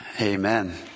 Amen